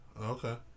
Okay